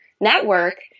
network